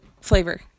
flavor